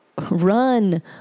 Run